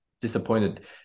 disappointed